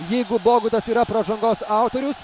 jeigu bogutas yra pražangos autorius